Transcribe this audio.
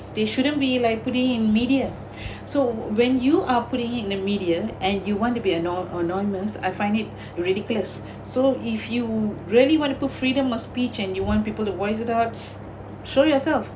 they shouldn't be like putting in media so when you are putting it in the media and you want to be ano~ anonymous I find it ridiculous so if you really wanted to put freedom of speech and you want people to voice up show yourself